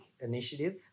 initiative